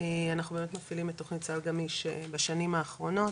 אנחנו באמת מפעילים את תוכנית "סל גמיש" בשנים האחרונות,